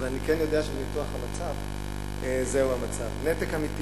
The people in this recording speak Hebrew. אבל אני כן יודע שבניתוח המצב זהו המצב: נתק אמיתי